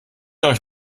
euch